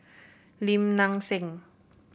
Lim Nang Seng